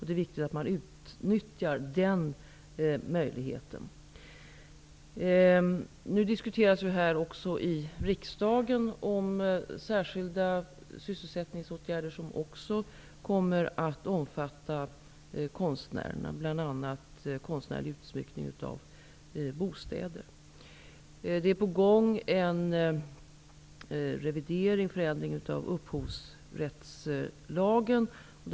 Det är viktigt att utnyttja den möjligheten. Nu diskuteras i riksdagen förslag om särskilda sysselsättningsåtgärder, som också kommer att omfatta konstnärerna. Det gäller bl.a. konstnärlig utsmyckning av bostäder. En förändring av upphovsrättslagen diskuteras.